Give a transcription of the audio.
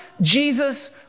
Jesus